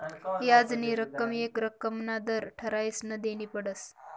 याजनी रक्कम येक रक्कमना दर ठरायीसन देनी पडस